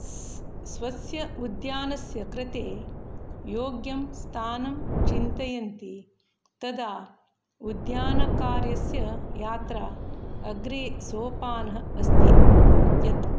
स्वस्य उद्यानस्य कृते योग्यं स्थानं चिन्तयन्ति तदा उद्यानकार्यस्य यात्रा अग्रे सोपानः अस्ति यत्